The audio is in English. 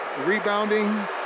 Rebounding